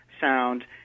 sound